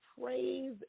praise